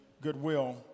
goodwill